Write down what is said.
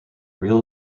real